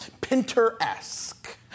pinter-esque